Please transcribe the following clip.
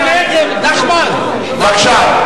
בבקשה.